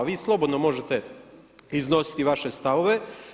Vi slobodno možete iznositi vaše stavove.